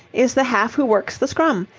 is the half who works the scrum.